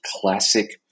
classic